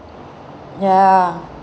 ya